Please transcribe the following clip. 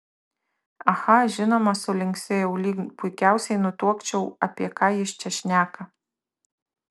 aha žinoma sulinksėjau lyg puikiausiai nutuokčiau apie ką jis čia šneka